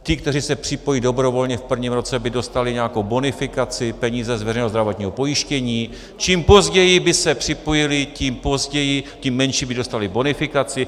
Ti, kteří se připojí dobrovolně v prvním roce, by dostali nějakou bonifikaci, peníze z veřejného zdravotního pojištění, čím později by se připojili, tím menší by dostali bonifikaci.